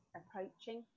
approaching